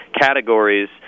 categories